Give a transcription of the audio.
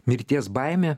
mirties baime